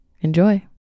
Enjoy